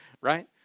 Right